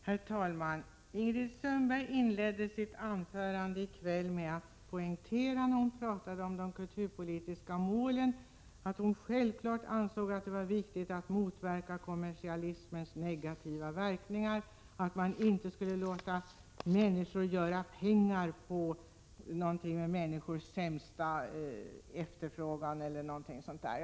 Herr talman! Ingrid Sundberg inledde sitt anförande i kväll, när hon talade om de kulturpolitiska målen, med att poängtera att hon självfallet ansåg det vara viktigt att motverka kommersialismens negativa verkningar och att man inte skulle låta vissa personer göra pengar på människors sämsta egenskaper.